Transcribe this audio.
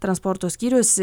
transporto skyrius